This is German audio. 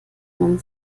man